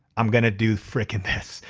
i'm gonna do fricking this.